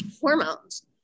Hormones